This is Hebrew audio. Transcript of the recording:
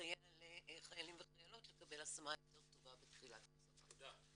לסייע לחיילים וחיילות לקבל השמה יותר טובה בתחילת הצבא.